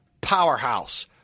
Powerhouse